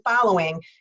following